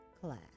class